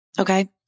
Okay